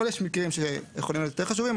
אבל יש מקרים שיכולים להיות יותר חשובים,